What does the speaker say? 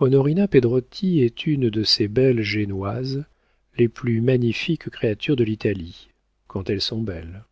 onorina pedrotti est une de ces belles génoises les plus magnifiques créatures de l'italie quand elles sont belles